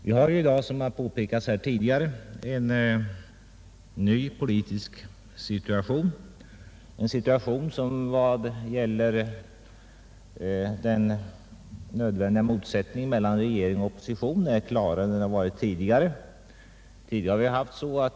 Vi har i dag, som påpekats tidigare, en ny politisk situation som när det gäller den nödvändiga motsättningen mellan regering och opposition är klarare än vad den varit tidigare.